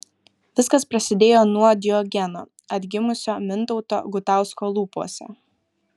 viskas prasidėjo nuo diogeno atgimusio mintauto gutausko lūpose